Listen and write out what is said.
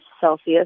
Celsius